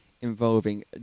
involving